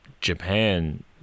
Japan